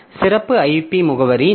சிறப்பு IP முகவரி 127